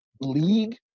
league